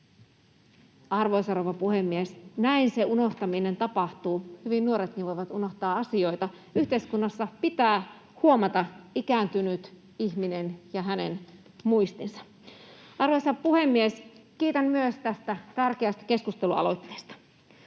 Arvoisa rouva puhemies! Näin se unohtaminen tapahtuu. Hyvin nuoretkin voivat unohtaa asioita. Yhteiskunnassa pitää huomata ikääntynyt ihminen ja hänen muistinsa. Arvoisa puhemies! Kiitän myös tästä tärkeästä keskustelualoitteesta.